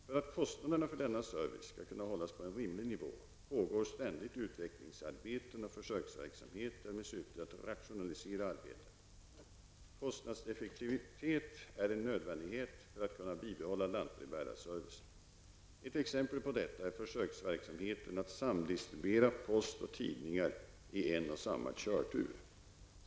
För att kostnaderna för denna service skall kunna hållas på en rimlig nivå pågår ständigt utvecklingsarbeten och försöksverksamheter med syfte att rationalisera arbetet. Kostnadseffektivitet är en nödvändighet för att kunna bibehålla lantbrevbärarservicen. Ett exempel på detta är försöksverksamheten med att samdistribuera post och tidningar i en och samma körtur.